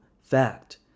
Fact